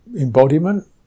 embodiment